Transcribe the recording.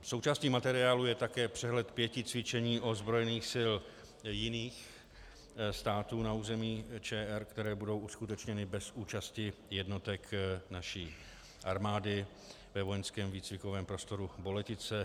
Součástí materiálu je také přehled pěti cvičení ozbrojených sil jiných států na území ČR, které budou uskutečněny bez účasti jednotek naší armády ve vojenském výcvikovém prostoru Boletice.